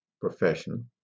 profession